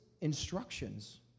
instructions